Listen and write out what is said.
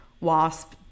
wasp